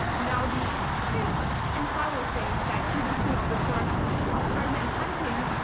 now, the fifth and final thing that you need to know before apartment hunting,